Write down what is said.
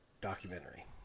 documentary